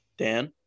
Dan